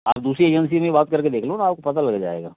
आप दूसरी एजेंसी में बात करके देख लो ना आपको पता लग जाएगा